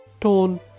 tone